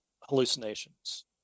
hallucinations